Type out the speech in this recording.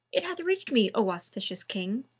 it hath reached me, o auspicious king,